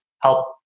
help